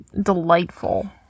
delightful